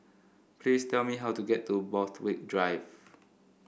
please tell me how to get to Borthwick Drive